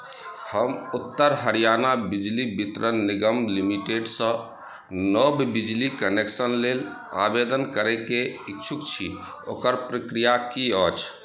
हम उत्तर हरियाणा बिजली वितरण निगम लिमिटेडसँ नव बिजली कनेक्शन लेल आवेदन करयके इच्छुक छी ओकर प्रक्रिया की अछि